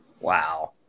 Wow